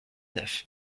neuf